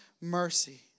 mercy